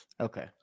Okay